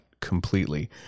completely